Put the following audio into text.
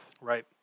Right